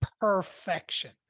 perfection